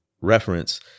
reference